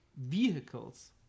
vehicles